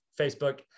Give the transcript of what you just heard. Facebook